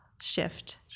shift